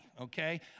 okay